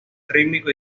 rítmico